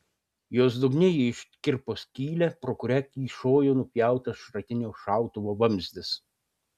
jos dugne ji iškirpo skylę pro kurią kyšojo nupjautas šratinio šautuvo vamzdis